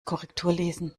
korrekturlesen